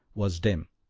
was dim,